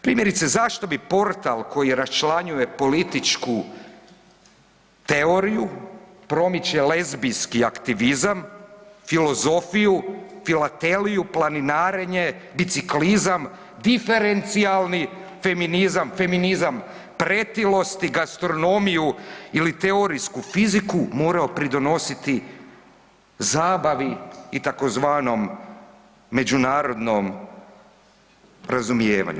Primjerice zašto bi portal koji je raščlanjuje političku teoriju, promiče lezbijski aktivizam, filozofiju, filateliju, planinarenje, biciklizam, diferencijalni feminizam, feminizam pretilosti, gastronomiju ili teorijsku fiziku morao pridonositi zabavi i tzv. međunarodnom razumijevanju.